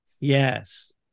Yes